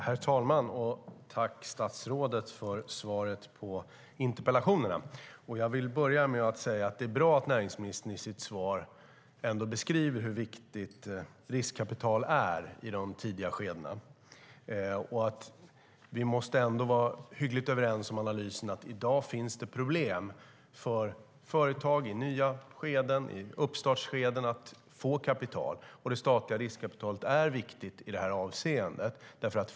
Herr talman! Jag tackar statsrådet för svaret på interpellationerna. Jag vill börja med att säga att det är bra att näringsministern i sitt svar beskriver hur viktigt riskkapital är i de tidiga skedena. Vi måste ändå vara hyggligt överens om analysen att det finns problem i dag för företag i nya skeden och i uppstartsskedet att få kapital. Det statliga riskkapitalet är viktigt i det avseendet.